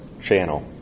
Channel